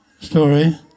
story